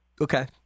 okay